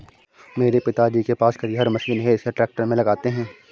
मेरे पिताजी के पास खेतिहर मशीन है इसे ट्रैक्टर में लगाते है